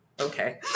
Okay